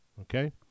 Okay